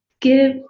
give